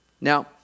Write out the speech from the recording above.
Now